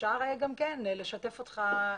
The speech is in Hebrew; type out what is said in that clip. אפשר לשתף אותך.